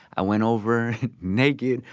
i went over naked,